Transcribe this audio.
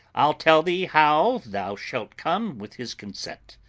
i'll tell thee how thou shalt come with his consent.